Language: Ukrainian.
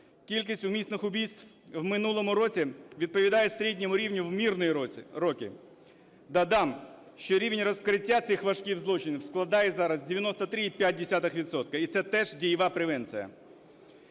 кількість умисних вбивств в минулому році відповідає середньому рівню в мирні роки. Додам, що рівні розкриття цих важких злочинів складає зараз 93,5 відсотка і це теж дійова превенція.